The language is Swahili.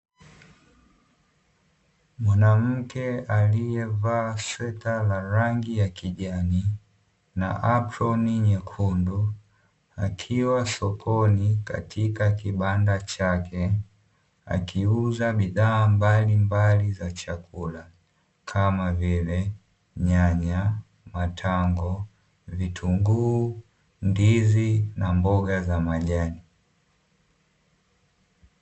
Mwanamke aliyevaa sweta la rangi ya kijani na aproni nyekundu, akiwa sokoni katika kibanda chake, akiuza bidhaa mbalimbali za chakula kama vile: nyanya, matango, vitunguu, ndizi na mboga za majani.